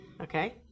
okay